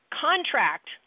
contract